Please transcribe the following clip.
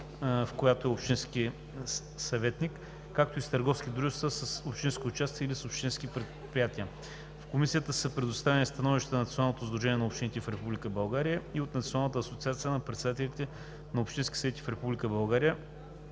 в която е общински съветник, както и с търговски дружества с общинско участие или с общински предприятия. В Комисията са предоставени становища от Националното сдружение на общините в Република България и от Националната асоциация на председателите на общинските съвети в